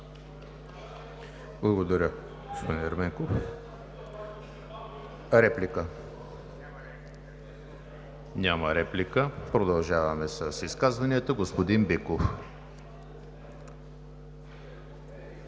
Благодаря, господин Ерменков. Реплики? Няма. Продължаваме с изказванията. Господин Биков.